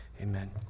Amen